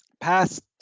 past